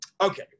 Okay